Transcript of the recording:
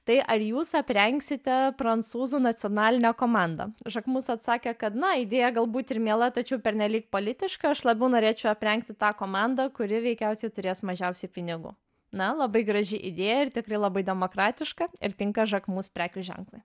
tai ar jūs aprengsite prancūzų nacionalinę komandą žakmus atsakė kad na idėja galbūt ir miela tačiau pernelyg politiška aš labiau norėčiau aprengti tą komandą kuri veikiausiai turės mažiausiai pinigų na labai graži idėja ir tikrai labai demokratiška ir tinka žakmus prekių ženklui